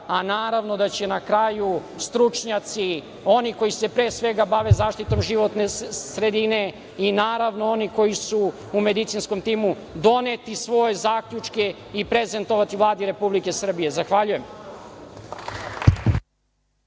a naravno da će na kraju stručnjaci, oni koji se pre svega bave zaštitom životne sredine i naravno oni koji su u medicinskom timu, doneti svoje zaključke i prezentovati Vladi Republike Srbije. Zahvaljujem.